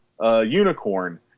Unicorn